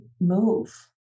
move